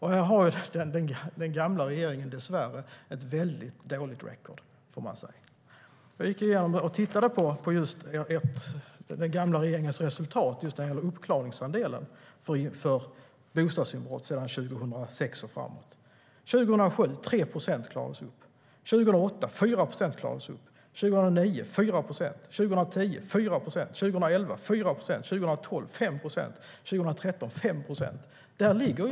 Här har den gamla regeringen dessvärre ett väldigt dåligt record. Där ligger vi.